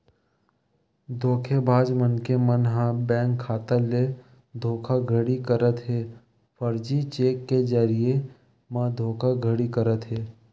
धोखेबाज मनखे मन ह बेंक खाता ले धोखाघड़ी करत हे, फरजी चेक के जरिए म धोखाघड़ी करत हे